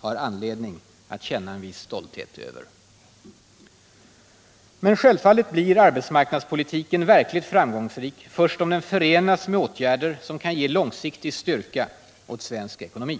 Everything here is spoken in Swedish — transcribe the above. har anledning att känna en viss stolthet över. Men självfallet blir arbetsmarknadspolitiken verkligt framgångsrik först om den förenas med åtgärder som kan ge långsiktig styrka åt svensk ekonomi.